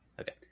Okay